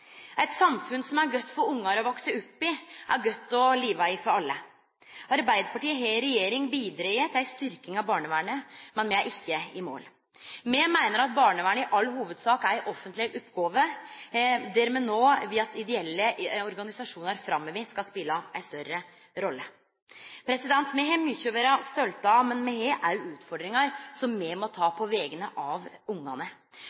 Eit samfunn som er godt for ungar å vekse opp i, er godt å leve i for alle. Arbeidarpartiet har i regjering bidrege til ei styrking av barnevernet, men me er ikkje i mål. Me meiner at barnevernet i all hovudsak er ei offentleg oppgåve, der ideelle organisasjonar skal spele ei større rolle framover. Me har mykje å vere stolte av, men me har òg utfordringar som me må ta på vegner av ungane.